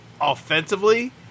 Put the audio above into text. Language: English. offensively